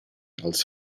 ils